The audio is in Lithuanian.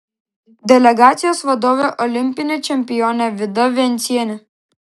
delegacijos vadovė olimpinė čempionė vida vencienė